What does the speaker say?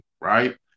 right